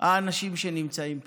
האנשים שנמצאים פה.